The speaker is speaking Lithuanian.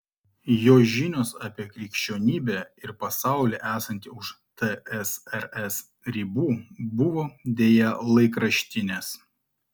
jo žinios apie krikščionybę ir pasaulį esantį už tsrs ribų buvo deja laikraštinės